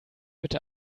bitte